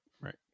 right